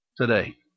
today